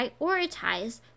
prioritize